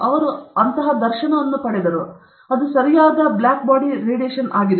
ಆದ್ದರಿಂದ ಅವರು ದರ್ಶನವನ್ನು ಪಡೆದರು ಅದು ಸರಿಯಾದ ಕಪ್ಪು ದೇಹ ವಿತರಣೆಯಾಗಿದೆ